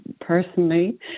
personally